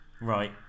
Right